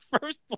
first